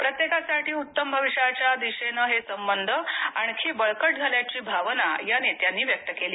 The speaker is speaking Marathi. प्रत्येकासाठी उत्तम भविष्याच्या दिशेने हे संबंध आणखी बळकट झाल्याची भावना या नेत्यांनी व्यक्त केली